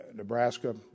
Nebraska